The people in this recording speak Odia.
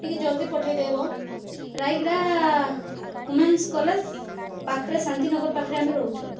ଟିକିଏ ଜଲଦି ପଠେଇଦେବ ରାଇଗିଡ଼ା ଓମେନ୍ସ କଲେଜ ପାଖରେ ଶାନ୍ତି ନଗର ପାଖରେ ଆମେ ରହୁଛୁ